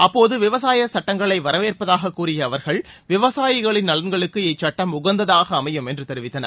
அப்போது விவசாய சட்டங்களை வரவேற்பதாகக் கூறிய அவர்கள் விவசாயிகளின் நலன்களுக்கு இச்சட்டம் உகந்ததாக அமையும் என்று தெரிவித்தனர்